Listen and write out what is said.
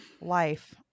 life